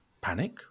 panic